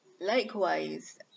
likewise